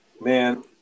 Man